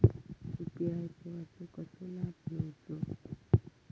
UPI सेवाचो कसो लाभ घेवचो?